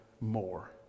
more